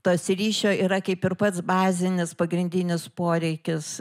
tas ryšio yra kaip ir pats bazinis pagrindinis poreikis